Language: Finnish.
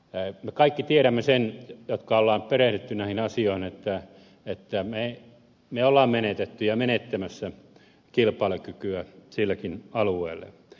me kaikki tiedämme sen jotka olemme perehtyneet näihin asioihin että me olemme menettäneet ja menettämässä kilpailukykyä silläkin alueella